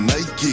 Nike